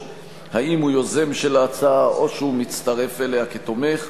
אם הוא יוזם של ההצעה או שהוא מצטרף אליה כתומך.